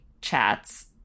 chats